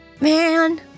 man